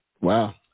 Wow